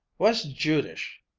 what's judish?